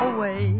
Away